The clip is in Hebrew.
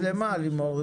אז למה, לימור?